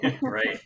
right